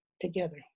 together